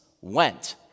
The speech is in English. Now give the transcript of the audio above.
went